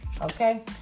okay